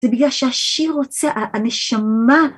זה בגלל שהשיר רוצה, הנשמה...